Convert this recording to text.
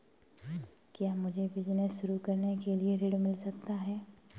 क्या मुझे बिजनेस शुरू करने के लिए ऋण मिल सकता है?